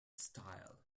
style